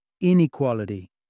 Inequality